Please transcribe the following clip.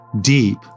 deep